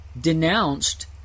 denounced